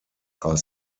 are